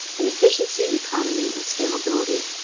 and efficiency, economy, and scalability,